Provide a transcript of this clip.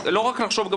זה לא רק לחשוב,